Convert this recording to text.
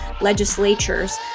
legislatures